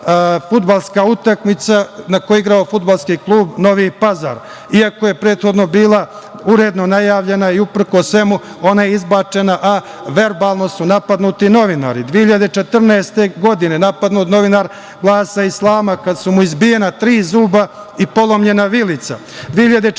fudbalska utakmica na kojoj je igrao Fudbalski klub „Novi Pazar“, iako je prethodno bila uredno najavljena i uprkos svemu ona je izbačena, a verbalno su napadnuti novinari. Godine 2014. napadnut je novinar „Glas islama“ kada su mu izbijena tri zuba i polomljena vilica.